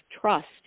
trust